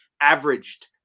Averaged